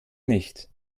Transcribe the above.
nicht